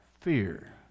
fear